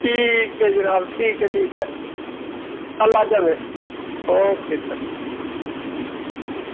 ठीक ऐ जनाब ठीक ऐ ठीक ऐ कल्ल आह्गा में ओके सर